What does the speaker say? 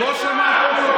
רשע.